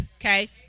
okay